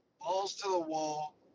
balls-to-the-wall